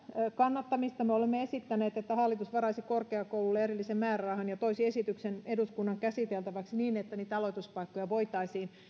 kannattamista me olemme esittäneet että hallitus varaisi korkeakouluille erillisen määrärahan ja toisi esityksen eduskunnan käsiteltäväksi niin että niitä aloituspaikkoja voitaisiin